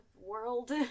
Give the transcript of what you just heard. world